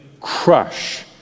crush